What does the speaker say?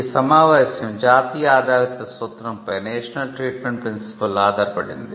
ఈ సమావేశం జాతీయ ఆధారిత సూత్రంపై ఆధారపడింది